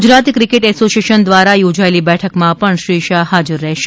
Gujarat cricket association દ્વારા યોજાયેલી બેઠક માં પણ શ્રી શાહ હાજર રહેશે